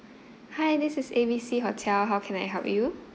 hi this is A B C hotel how can I help you